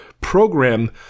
program